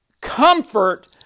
comfort